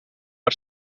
per